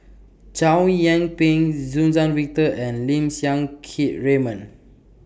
Chow Yian Ping Suzann Victor and Lim Siang Keat Raymond